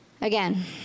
Again